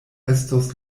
estos